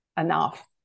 enough